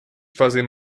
fazem